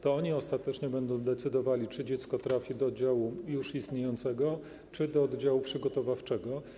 To oni ostatecznie będą decydowali, czy dziecko trafi do oddziału już istniejącego, czy do oddziału przygotowawczego.